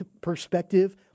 perspective